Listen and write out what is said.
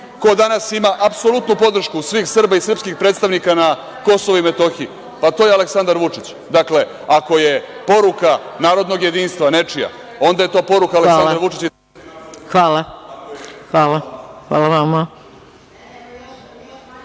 Ko danas ima apsolutnu podršku svih Srba i srpskih predstavnika na Kosovu i Metohiji? Pa, to je Aleksandar Vučić. Dakle, ako je poruka narodnog jedinstva nečija, onda je to poruka Aleksandra Vučića… (Isključen